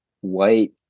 white